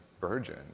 virgin